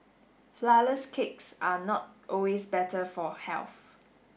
flourless cakes are not always better for health